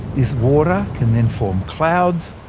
this water can then form clouds,